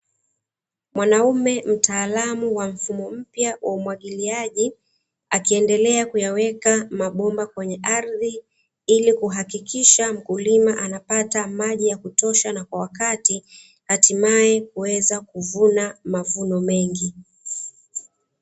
Mwanaume mtaalamu wa mfumo mpya wa umwagiliaji akiendelea kuyaweka mabomba kwenye ardhi ili kuhakikisha mkulima anapata maji ya kutosha na kwa wakati, hatimaye kuweza kuvuna mavuno mengi.